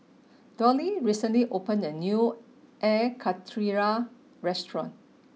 Doyle recently opened a new air Karthira restaurant